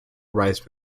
rights